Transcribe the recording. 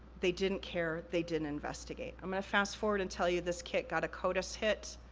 they didn't care, they didn't investigate. i'm gonna fast forward and tell you, this kit got a codis hit,